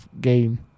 game